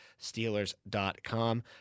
Steelers.com